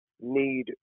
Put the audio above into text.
need